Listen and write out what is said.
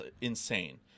insane